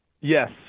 Yes